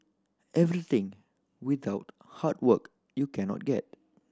everything without hard work you cannot get